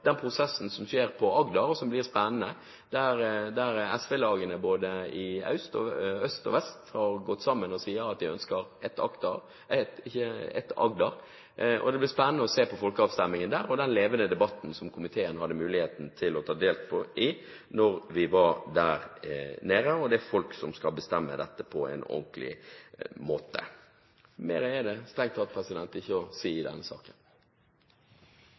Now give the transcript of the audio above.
den prosessen som skjer i Agder, og som blir spennende. Der har SV-lagene både i øst og vest gått sammen og sagt at de ønsker ett Agder. Det blir spennende å se på folkeavstemningen der og den levende debatten som komiteen hadde mulighet til å ta del i da vi var der nede. Det er folk som skal bestemme dette på en ordentlig måte. Mer er det strengt tatt ikke å si i denne saken.